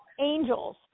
angels